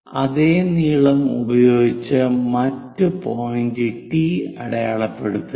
അതേ നീളം ഉപയോഗിച്ച് മറ്റ് പോയിന്റ് ടി അടയാളപ്പെടുത്തുക